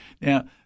Now